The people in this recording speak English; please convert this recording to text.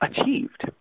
achieved